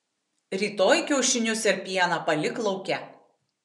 rytoj kiaušinius ir pieną palik lauke